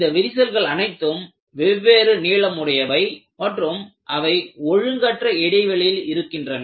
இந்த விரிசல்கள் அனைத்தும் வெவ்வேறு நீளம் உடையவை மற்றும் அவை ஒழுங்கற்ற இடைவெளியில் இருக்கின்றன